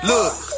Look